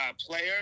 player